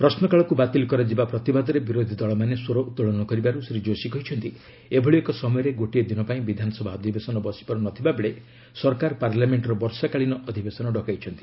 ପ୍ରଶ୍ନକାଳକୁ ବାତିଲ କରାଯିବା ପ୍ରତିବାଦରେ ବିରୋଧୀ ଦଳମାନେ ସ୍ୱର ଉତ୍ତୋଳନ କରିବାରୁ ଶ୍ରୀ ଯୋଶୀ କହିଛନ୍ତି ଏଭଳି ଏକ ସମୟରେ ଗୋଟିଏ ଦିନ ପାଇଁ ବିଧାନସଭା ଅଧିବେସନ ବସିପାରୁ ନଥିବାବେଳେ ସରକାର ପାର୍ଲ୍ୟାମେଣ୍ଟର ବର୍ଷାକାଳୀନ ଅଧିବେସନ ଡକାଇଛନ୍ତି